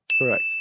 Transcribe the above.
Correct